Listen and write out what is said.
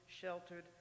sheltered